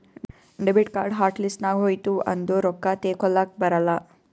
debit card hot list ನಾಗ್ ಹೋಯ್ತು ಅಂದುರ್ ರೊಕ್ಕಾ ತೇಕೊಲಕ್ ಬರಲ್ಲ